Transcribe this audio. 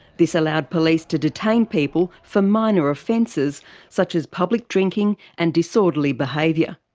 this allowed police to detain people for minor offences such as public drinking and disorderly behaviour.